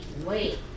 wait